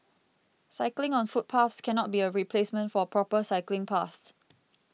cycling on footpaths cannot be a replacement for proper cycling paths